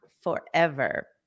Forever